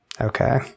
okay